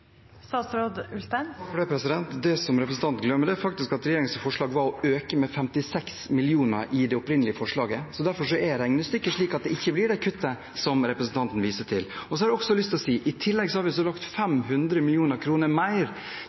Det som representanten glemmer, er at regjeringens opprinnelige forslag var å øke med 56 mill. kr, så derfor er regnestykket slik at det ikke blir det kuttet som representanten viser til. Så har jeg også lyst til å si at i tillegg har vi lagt inn 500 mill. kr mer